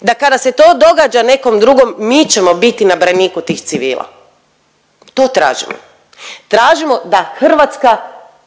da kada se to događa nekom drugom mi ćemo biti na braniku tih civila. To tražimo. Tražimo da Hrvatska